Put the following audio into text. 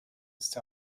ist